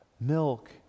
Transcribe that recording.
milk